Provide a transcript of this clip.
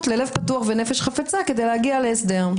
בלב פתוח ונפש חפצה כדי להגיע להסדר.